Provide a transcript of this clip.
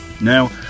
Now